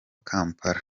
kampala